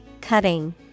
cutting